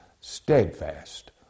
steadfast